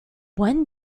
when